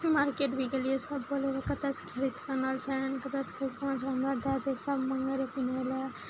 market भी गेलियै सब बोललै कतऽसँ खरीद कऽ आनने छेॅं कतऽसँ खरीदलें सब मँगै पहिरै लए